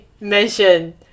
mention